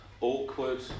awkward